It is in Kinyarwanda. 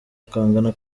kangana